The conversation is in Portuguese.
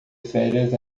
férias